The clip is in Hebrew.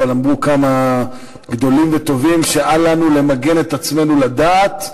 אבל אמרו כמה גדולים וטובים שאל לנו למגן את עצמנו לדעת,